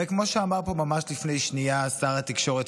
הרי כמו שאמר פה ממש לפני שנייה שר התקשורת